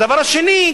הדבר השני,